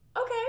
okay